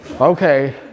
Okay